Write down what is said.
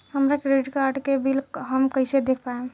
हमरा credit card के bill हम कइसे देख पाएम?